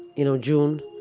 you know, june.